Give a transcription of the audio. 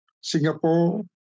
Singapore